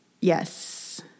Yes